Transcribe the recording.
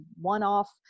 one-off